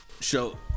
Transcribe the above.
show